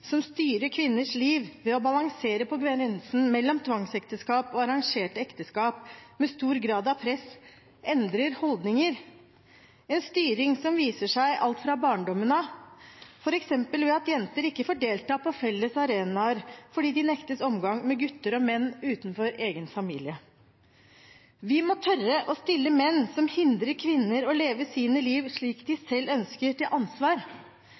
som styrer kvinners liv ved å balansere på grensen mellom tvangsekteskap og arrangerte ekteskap med stor grad av press, endrer holdninger? Dette er en styring som viser seg alt fra barndommen av, f.eks. ved at jenter ikke får delta på fellesarenaer fordi de nektes omgang med gutter og menn utenfor egen familie. Vi må tørre å stille menn som hindrer kvinner i å leve sine liv slik de selv ønsker, til ansvar.